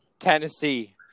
Tennessee